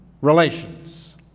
relations